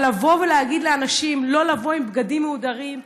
אבל לבוא ולהגיד לאנשים לא לבוא עם בגדים מהודרים,